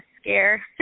scare